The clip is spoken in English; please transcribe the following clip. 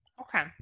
Okay